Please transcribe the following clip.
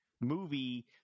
Movie